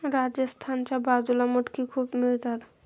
राजस्थानच्या बाजूला मटकी खूप मिळतात